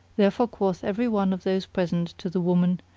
therefore quoth every one of those present to the woman,